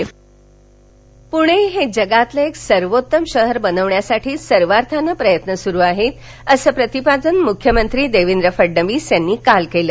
मख्यमंत्री पणे दौरा प्ण्याला जगातील एक सर्वोत्तम शहर बनवण्यासाठी सर्वार्थानं प्रयत्न सुरू आहेत असं प्रतिपादन मुख्यमंत्री देवेंद्र फडणवीस यांनी काल केलं